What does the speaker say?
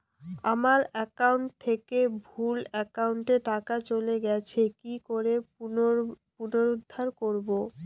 আমার একাউন্ট থেকে ভুল একাউন্টে টাকা চলে গেছে কি করে পুনরুদ্ধার করবো?